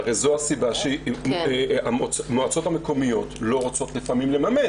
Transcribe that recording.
הרי זו הסיבה שהמועצות המקומיות לא רוצות לפעמים לממן.